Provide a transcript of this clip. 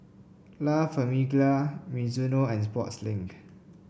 La Famiglia Mizuno and Sportslink